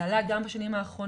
זה עלה גם בשנים האחרונות,